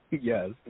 Yes